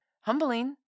humbling